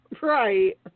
Right